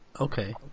Okay